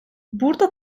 burada